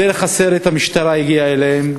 דרך הסרט המשטרה הגיעה אליהם,